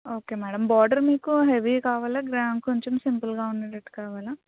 okay madam border మీకు heavy కావాలా grand కొంచెం సింపుల్గా ఉండేటట్లు కావాలా